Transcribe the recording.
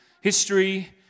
history